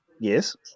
Yes